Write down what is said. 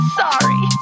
sorry